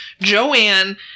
Joanne